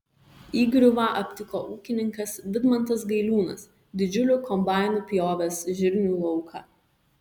įgriuvą aptiko ūkininkas vidmantas gailiūnas didžiuliu kombainu pjovęs žirnių lauką